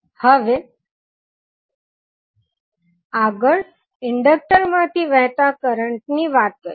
હવે આગળ ઇન્ડક્ટર માંથી વહેતાં કરંટ ની વાત કરીએ